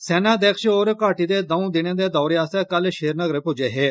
सेना अध्यक्ष होरें घाटी दे दौं दिनें दे दौरे आस्तै कल श्रीनगर पुज्जे हे